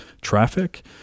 traffic